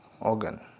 organ